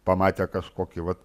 pamatę kažkokį vat